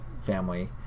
family